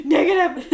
Negative